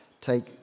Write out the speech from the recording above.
take